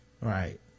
Right